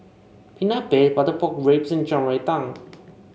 Peanut Paste Butter Pork Ribs and Shan Rui Tang